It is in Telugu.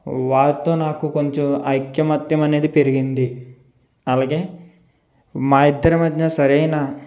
వారితో నాకు కొంచెం ఐక్యమత్యం అనేది పెరిగింది అలాగే మా ఇద్దరి మధ్య సరైన